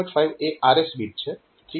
5 એ RS bit છે 3